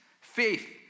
Faith